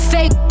Fake